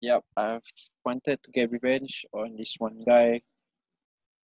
yup I have wanted to get revenge on this one guy